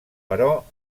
però